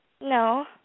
No